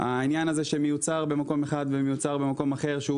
העניין הזה שמיוצר במקום אחד ומיוצר במקום אחר שהוא